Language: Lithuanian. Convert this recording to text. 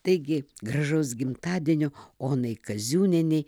taigi gražaus gimtadienio onai kaziūnienei